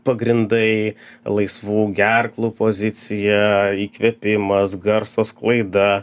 pagrindai laisvų gerklų pozicija įkvėpimas garso sklaida